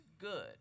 good